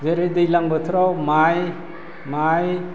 जेरै दैलां बोथोराव माइ माइ